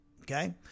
Okay